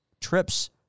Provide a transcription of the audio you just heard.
trips